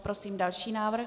Prosím další návrh.